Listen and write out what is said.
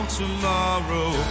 tomorrow